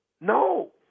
no